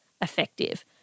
effective